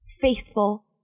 faithful